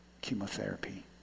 chemotherapy